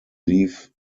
leave